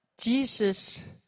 Jesus